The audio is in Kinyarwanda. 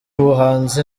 ubuhanzi